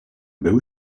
był